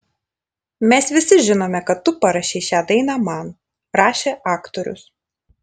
mes visi žinome kad tu parašei šią dainą man rašė aktorius